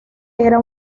era